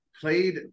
played